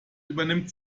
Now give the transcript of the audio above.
übernimmt